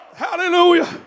Hallelujah